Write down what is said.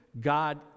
God